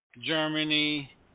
Germany